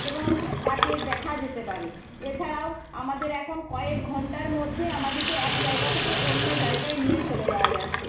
এবং তাকে দেখা যেতে পারে এছাড়াও আমাদের এখন কয়েক ঘণ্টার মধ্যে আমাদেরকে এক জায়গা থেকে অন্য জায়গায় নিয়ে চলে যাওয়া যাচ্ছে